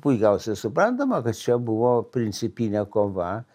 puikiausiai suprantama kad čia buvo principinė kova